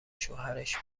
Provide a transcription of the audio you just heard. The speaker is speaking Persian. شوهرش